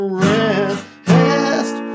rest